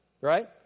Right